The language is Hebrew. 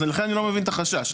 לכן אני לא מבין את החשש.